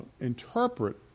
interpret